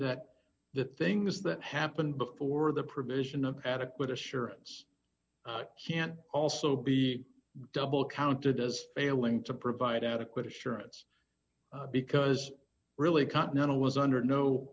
that the things that happened before the provision of adequate assurance can also be double counted as failing to provide adequate assurance because really continental was under no